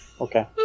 Okay